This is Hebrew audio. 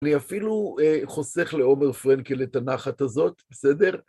אני אפילו חוסך לאובר פרנקל את הנחת הזאת, בסדר?